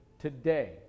today